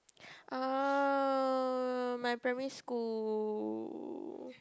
uh my primary school